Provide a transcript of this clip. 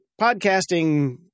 podcasting